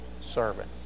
servant